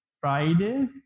Friday